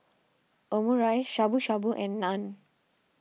Omurice Shabu Shabu and Naan